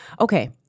okay